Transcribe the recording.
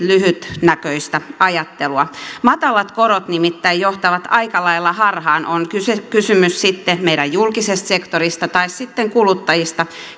lyhytnäköistä ajattelua matalat korot nimittäin johtavat aika lailla harhaan on kysymys sitten meidän julkisesta sektorista tai sitten kuluttajista